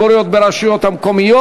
ומשתקמים),